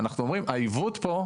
אנחנו אומרים, העיוות פה,